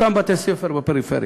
אותם בתי-ספר בפריפריה.